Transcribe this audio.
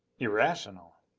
irrational!